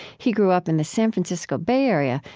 he grew up in the san francisco bay area,